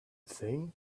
thing